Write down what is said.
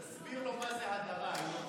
תסביר לו מה זה הדרה, ינון.